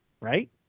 right